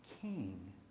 king